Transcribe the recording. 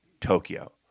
Tokyo